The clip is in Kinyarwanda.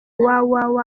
www